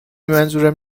منظورم